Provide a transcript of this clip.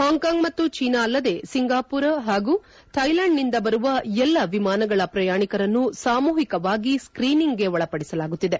Hong Kong ಮತ್ತು China ಅಲ್ಲದೇ Singapore ಹಾಗೂ ಥ್ಲೆಲೆಂಡ್ನಿಂದ ಬರುವ ಎಲ್ಲಾ ವಿಮಾನಗಳ ಪ್ರಯಾಣಿಕರನ್ನು ಸಾಮೂಹಿಕವಾಗಿ ಸ್ತೀನಿಂಗ್ಗೆ ಒಳಪಡಿಸಲಾಗುತ್ತಿದೆ